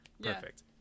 Perfect